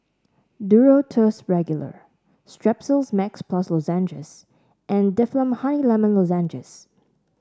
Duro Tuss Regular Strepsils Max Plus Lozenges and Difflam Honey Lemon Lozenges